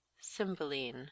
Cymbeline